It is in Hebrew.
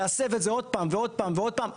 להסב את זה עוד פעם ועוד פעם ועוד פעם,